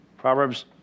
Proverbs